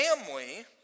family